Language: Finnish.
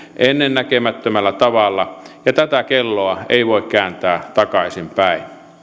ennennäkemättömällä tavalla ja tätä kelloa ei voi kääntää takaisinpäin